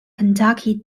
kentucky